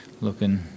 looking